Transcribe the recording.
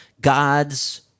God's